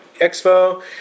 Expo